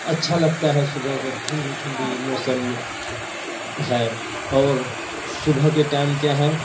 اچھا لگتا ہے صبح اگر ٹھنڈی ٹھنڈی موسم ہے اور صبح کے ٹائم کیا ہے